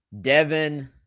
Devin